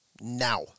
Now